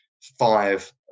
five